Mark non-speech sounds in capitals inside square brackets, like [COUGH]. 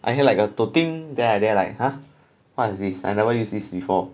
I hear like a [LAUGHS] then I there like !huh! what is this I never use this before